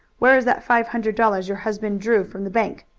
where is that five hundred dollars your husband drew from the bank?